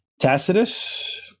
Tacitus